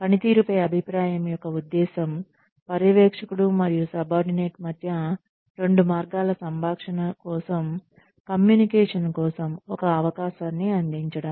పనితీరుపై అభిప్రాయం యొక్క ఉద్దేశ్యం పర్యవేక్షకుడు మరియు సబార్డినేట్ మధ్య రెండు మార్గాల సంభాషణ కోసం కమ్యూనికేషన్ కోసం ఒక అవకాశాన్ని అందించడం